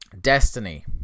Destiny